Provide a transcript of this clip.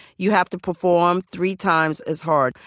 you have to perform three times as hard.